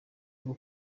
rwo